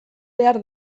behar